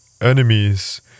enemies